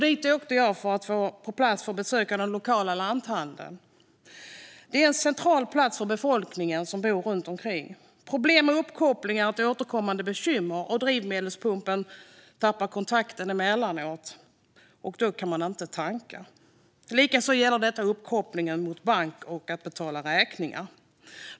Dit åkte jag för att på plats få besöka den lokala lanthandeln. Det är en central plats för befolkningen som bor runt omkring. Problem med uppkoppling är ett återkommande bekymmer. Drivmedelspumpen tappar kontakten emellanåt, och då kan man inte tanka. Samma sak gäller för uppkopplingen mot bank och för att betala räkningar.